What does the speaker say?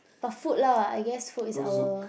but food lah I guess food is our